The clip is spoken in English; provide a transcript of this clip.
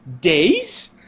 days